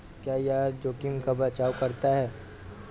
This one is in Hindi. क्या यह जोखिम का बचाओ करता है?